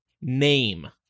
name